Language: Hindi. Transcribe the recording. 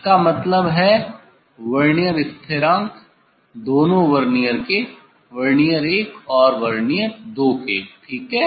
इसका मतलब है वर्नियर स्थिरांक दोनों वर्नियर के वर्नियर 1 और वर्नियर 2 के ठीक है